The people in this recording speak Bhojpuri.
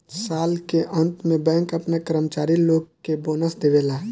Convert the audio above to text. साल के अंत में बैंक आपना कर्मचारी लोग के बोनस देवेला